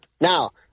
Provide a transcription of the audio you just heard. Now